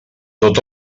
tot